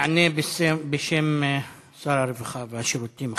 יענה בשם שר הרווחה והשירותים החברתיים.